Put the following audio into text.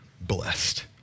blessed